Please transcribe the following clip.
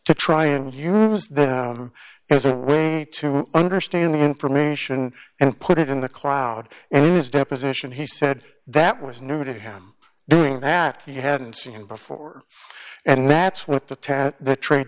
to try and use that as a way to understand the information and put it in the cloud and deposition he said that was new to him doing that he hadn't seen before and that's what the tat the tra